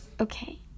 Okay